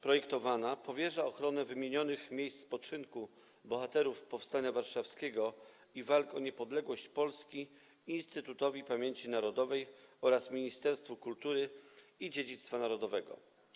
Projektowana ustawa powierza ochronę wymienionych miejsc spoczynku bohaterów powstania warszawskiego i walk o niepodległość Polski Instytutowi Pamięci Narodowej oraz Ministerstwu Kultury i Dziedzictwa Narodowego.